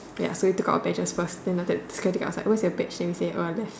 ya so we took out our badges first then after that security guards was like where's your badge then we say uh left